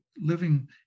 living